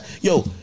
yo